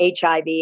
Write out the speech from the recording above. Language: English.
HIV